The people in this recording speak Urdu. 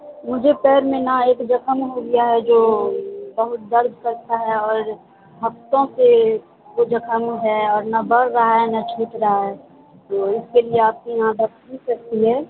مجھے پیر میں نہ ایک زخم ہو گیا ہے جو بہت درد کرتا ہے اور ہفتوں سے وہ زخم ہے اور نہ بڑھ رہا ہے نہ چھٹ رہا ہے تو اس کے لیے آپ کے یہاں دوا مل سکتی ہے